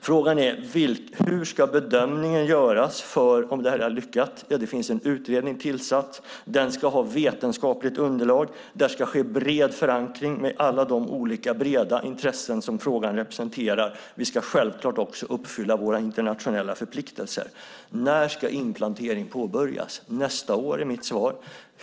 Frågan är hur bedömningen av om detta har lyckats ska göras. Det finns en utredning tillsatt. Den ska ha vetenskapligt underlag, och där ska finnas bred förankring i alla de olika, breda intressen frågan representerar. Vi ska självklart också uppfylla våra internationella förpliktelser. När ska inplantering påbörjas? Nästa år, är mitt svar.